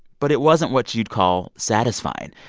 but it wasn't what you'd call satisfying.